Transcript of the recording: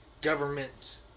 government